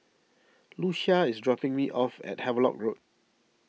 Lucia is dropping me off at Havelock Road